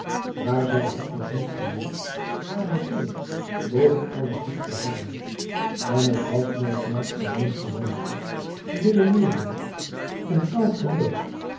maar zy had nog niet geleerd haren heer boven alles lief te hebben en het was nog maar alleen gewoonte redeneering een koud geloof